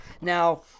Now